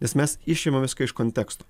nes mes išimam viską iš konteksto